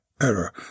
error